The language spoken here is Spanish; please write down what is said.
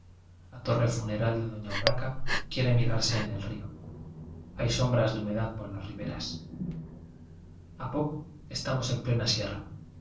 la forre funeral de doña urraca quiere mirarse en el río hay sombras de humedad por las riberas a poco estamos en plena sierra